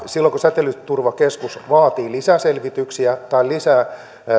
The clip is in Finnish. silloin kun säteilyturvakeskus vaatii lisäselvityksiä tai lisää